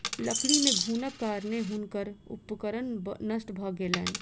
लकड़ी मे घुनक कारणेँ हुनकर उपकरण नष्ट भ गेलैन